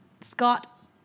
Scott